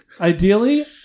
Ideally